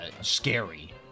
scary